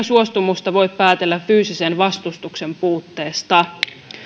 suostumusta voi päätellä fyysisen vastustuksen puutteesta